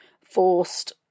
forced